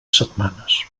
setmanes